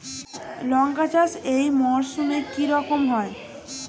লঙ্কা চাষ এই মরসুমে কি রকম হয়?